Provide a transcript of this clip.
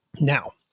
Now